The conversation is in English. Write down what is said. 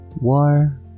war